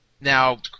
Now